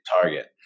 target